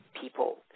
people